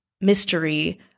mystery